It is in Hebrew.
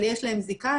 אבל יש להם זיקה,